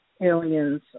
aliens